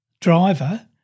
driver